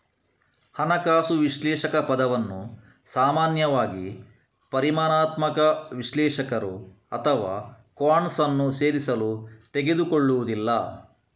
ಹಣಕಾಸು ವಿಶ್ಲೇಷಕ ಪದವನ್ನು ಸಾಮಾನ್ಯವಾಗಿ ಪರಿಮಾಣಾತ್ಮಕ ವಿಶ್ಲೇಷಕರು ಅಥವಾ ಕ್ವಾಂಟ್ಸ್ ಅನ್ನು ಸೇರಿಸಲು ತೆಗೆದುಕೊಳ್ಳುವುದಿಲ್ಲ